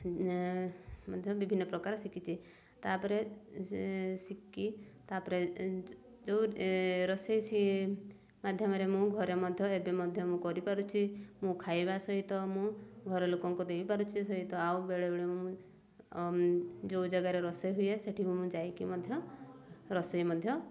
ମଧ୍ୟ ବିଭିନ୍ନ ପ୍ରକାର ଶିଖିଛି ତାପରେ ଶିଖି ତାପରେ ଯେଉଁ ରୋଷେଇ ସିଏ ମାଧ୍ୟମରେ ମୁଁ ଘରେ ମଧ୍ୟ ଏବେ ମଧ୍ୟ ମୁଁ କରିପାରୁଛି ମୁଁ ଖାଇବା ସହିତ ମୁଁ ଘର ଲୋକଙ୍କୁ ଦେଇପାରୁଛି ସହିତ ଆଉ ବେଳେବେଳେ ମୁଁ ଯୋଉ ଜାଗାରେ ରୋଷେଇ ହୁଏ ସେଠି ମୁଁ ଯାଇକି ମଧ୍ୟ ରୋଷେଇ ମଧ୍ୟ